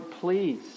please